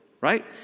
right